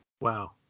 wow